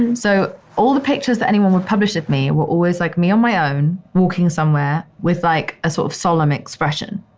and so all the pictures that anyone would publish of me were always like me on my own, walking somewhere with like a sort of solemn expression.